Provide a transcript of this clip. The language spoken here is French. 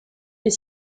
est